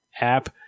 app